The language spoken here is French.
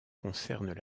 concernent